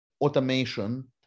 automation